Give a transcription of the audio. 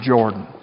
Jordan